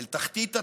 אל תחתית התהום.